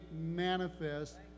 manifest